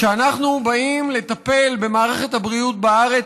כשאנחנו באים לטפל במערכת הבריאות בארץ,